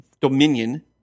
Dominion